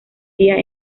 día